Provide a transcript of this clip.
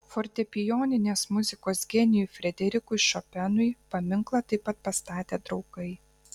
fortepijoninės muzikos genijui frederikui šopenui paminklą taip pat pastatė draugai